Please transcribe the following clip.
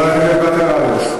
מה זה ברוך גולדשטיין?